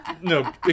no